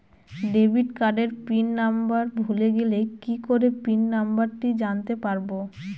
Debit কার্ডের pin number ভুলে গেলে কি করে পিন নম্বরটি জানতে পারবো?